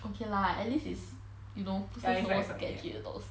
okay lah at least is you know 不是什么 sketchy 的东西